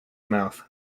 mouth